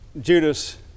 Judas